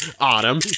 autumn